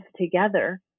together